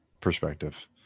perspective